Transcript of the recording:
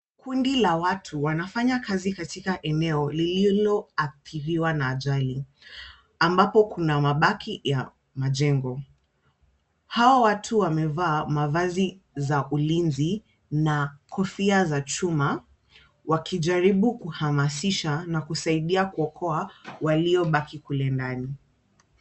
Kundi la watu wanafanya kazi katika eneo lililoathiriwa na ajali ambapo kuna mabaki ya majengo. Hao watu wamevaa mavazi za ulinzi na kofia za chuma wakijaribu kuhamasisha na kusaidia kuokoa waliobaki kule ndani.